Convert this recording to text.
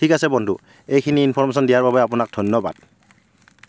ঠিক আছে বন্ধু এইখিনি ইনফৰমেছন দিয়াৰ বাবে আপোনাক ধন্য়বাদ